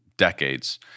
decades